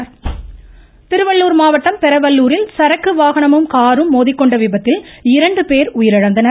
விபத்து திருவள்ளுர் மாவட்டம் பெரவல்லூரில் சரக்கு வாகனமும் காரும் மோதிக்கொண்ட விபத்தில் இரண்டு பேர் உயிரிழந்தனர்